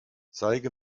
zeige